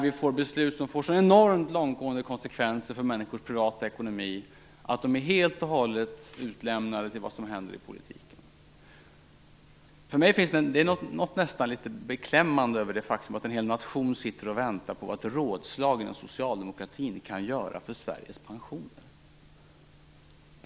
Vi får beslut som får enormt långtgående konsekvenser för människors privata ekonomi att de är helt och hållet utlämnade till vad som händer i politiken. För mig finns det nästan något beklämmande över det faktum att en hel nation sitter och väntar på vad ett rådslag inom Socialdemokraterna kan göra för Sveriges pensioner.